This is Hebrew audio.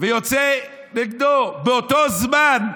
ויוצא נגדו באותו זמן,